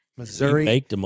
Missouri